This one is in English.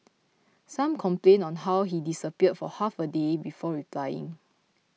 some complained on how he disappeared for half a day before replying